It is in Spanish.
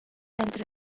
entre